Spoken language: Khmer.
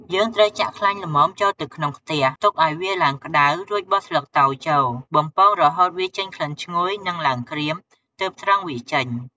យើងត្រូវចាក់់ខ្លាញ់ល្មមចូលទៅក្នុងខ្ទះ ទុកឲ្យវាឡើងក្ដៅ រួចបោះស្លឹកតើយចូល បំពងរហូតវាចេញក្លិនឈ្ងុយ និង ឡើងក្រៀម ទើបស្រង់វាចេញ។